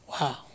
Wow